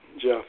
Jeff